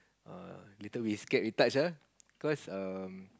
err later we scared we touch ah because um